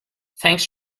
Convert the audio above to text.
thanks